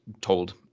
told